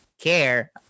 care